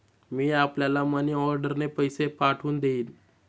मी आपल्याला मनीऑर्डरने पैसे पाठवून देईन